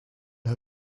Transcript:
her